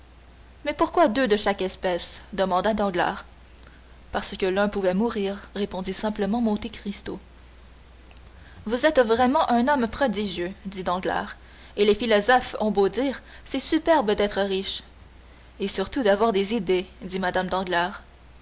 mais pourquoi deux de chaque espèce demanda danglars parce que l'un pouvait mourir répondit simplement monte cristo vous êtes vraiment un homme prodigieux dit danglars et les philosophes ont beau dire c'est superbe d'être riche et surtout d'avoir des idées dit mme danglars